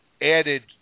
added